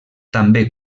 també